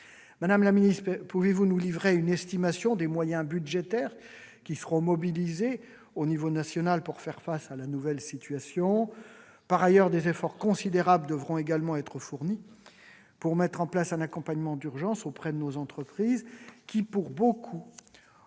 Madame la ministre, pouvez-vous nous livrer une estimation des moyens budgétaires qui seront mobilisés à l'échelon national pour faire face à la nouvelle situation ? Par ailleurs, des efforts considérables devront également être fournis pour mettre en place un accompagnement d'urgence auprès de nos entreprises, qui, pour beaucoup,